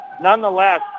nonetheless